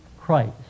Christ